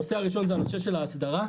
הנושא הראשון הוא הנושא של ההסדרה.